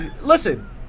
Listen